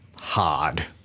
hard